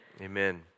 Amen